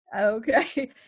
Okay